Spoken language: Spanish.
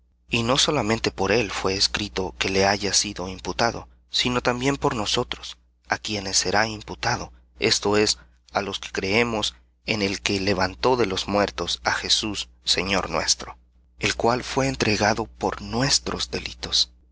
y no solamente por él fué escrito que le haya sido imputado sino también por nosotros á quienes será imputado á los que creemos en el que levantó de los muertos á jesús señor nuestro el cual fué entregado por nuestros delitos